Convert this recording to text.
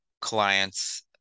clients